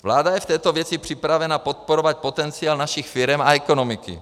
Vláda je v této věci připravena podporovat potenciál našich firem a ekonomiky.